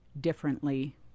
differently